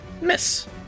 miss